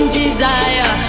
desire